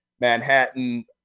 Manhattan